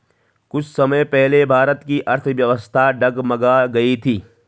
कुछ समय पहले भारत की अर्थव्यवस्था डगमगा गयी थी